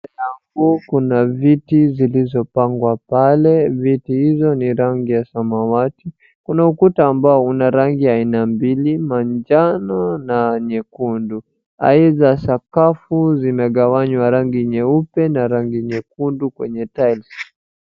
Mbele yangu kuna viti zilizopangwa pale. Viti hizo ni rangi ya samawati. Kuna ukuta ambao una rangi ya aina mbili, majano na nyekundu. Aidha sakafu zimegawanywa rangi nyeupe na rangi nyekundu kwenye tiles .